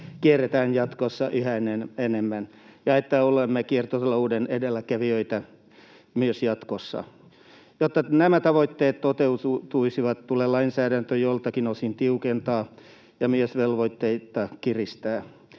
kierrätetään jatkossa yhä enemmän ja että olemme kiertotalouden edelläkävijöitä myös jatkossa. Jotta nämä tavoitteet toteutuisivat, tulee lainsäädäntöä joiltakin osin tiukentaa ja myös velvoitteita kiristää.